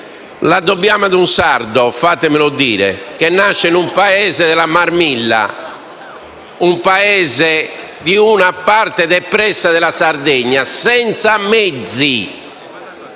La dobbiamo a un sardo - fatemelo dire - che nasce in un paese della Marmilla, una parte depressa della Sardegna, e che senza mezzi